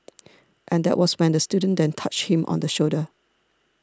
and that was when the student then touched him on the shoulder